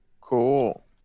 Cool